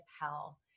hell